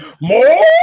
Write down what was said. More